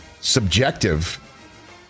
subjective